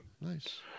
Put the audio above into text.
Nice